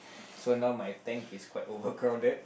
so now my tank is quite overcrowded